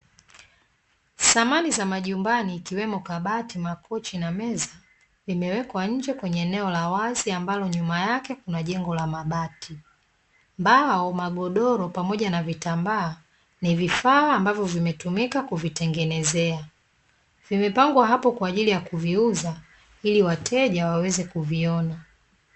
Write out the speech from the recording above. Samani za majumbani ikiwemo kabati, makochi na meza imewekwa nje kwenye eneo la wazi, ambalo nyuma yake kuna jengo la mabati. Mbao, magodoro pamoja na vitaambaa ni vifaa ambavyo vimetumika kuvitengenezea. Vimepangwa hapo kwaajili ya kuviuza ili wateja waweze kuviona.